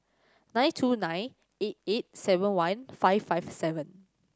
nine two nine eight eight seven one five five seven